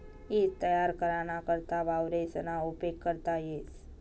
ईज तयार कराना करता वावरेसना उपेग करता येस